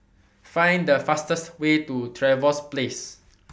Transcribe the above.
Find The fastest Way to Trevose Place